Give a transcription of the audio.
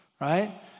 right